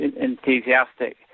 enthusiastic